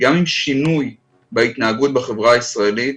גם עם שינוי בהתנהגות בחברה הישראלית.